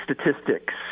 statistics